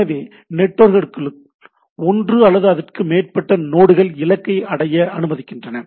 எனவே நெட்வொர்க்குகளுக்குள் ஒன்று அல்லது அதற்கு மேற்பட்ட நோடுகள் இலக்கை அடைய அனுமதிக்கின்றன